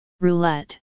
Roulette